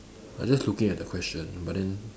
I just looking at the question but then